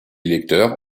lecteurs